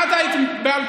את היית ב-2015,